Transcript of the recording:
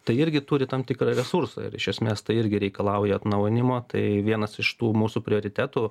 tai irgi turi tam tikrą resursą ir iš esmės tai irgi reikalauja atnaujinimo tai vienas iš tų mūsų prioritetų